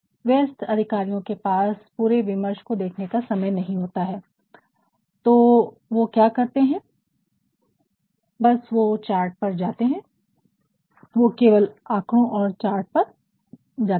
व्यस्त अधिकारियोके पास पूरे विमर्श को देखने का समय नहीं होता है तो वो क्या करते है कि वो बस चार्ट पर जाते है वो केवल आकड़ों और चार्ट पर जाते है